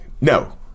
no